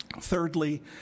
Thirdly